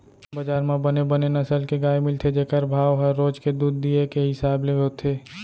बजार म बने बने नसल के गाय मिलथे जेकर भाव ह रोज के दूद दिये के हिसाब ले होथे